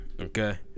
Okay